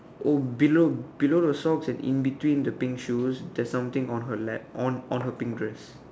oh below below the socks and in between the pink shoes there's something on her lap on on her pink dress